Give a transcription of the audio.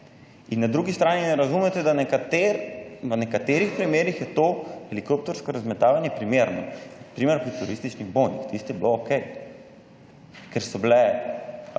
In na drugi strani ne razumete, da v nekaterih primerih je to helikoptersko razmetavanje primerno, na primer pri turističnih bonih, tisto je bilo okej, ker so bile